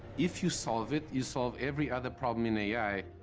if you solve it, you solve every other problem in a i.